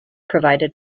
provided